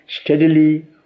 steadily